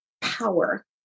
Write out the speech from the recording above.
power